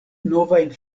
novajn